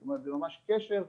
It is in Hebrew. זאת אומרת זה ממש קשר שיוצרים,